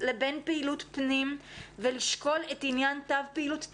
לבין פעילות פנים ולשקול את עניין תו פעילות טבע,